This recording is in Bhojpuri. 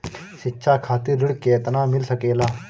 शिक्षा खातिर ऋण केतना मिल सकेला?